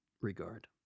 regard